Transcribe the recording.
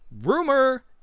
rumor